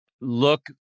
look